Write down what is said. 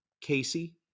Casey